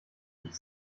ich